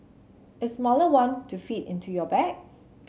a smaller one to fit into your bag